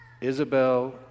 Isabel